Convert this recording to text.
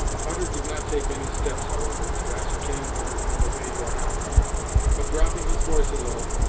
hutter did not take any steps, however, to ascertain whether he was obeyed or not but dropping his voice a little,